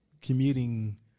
commuting